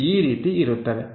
ಇದು ಈ ರೀತಿ ಇರುತ್ತದೆ